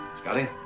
Scotty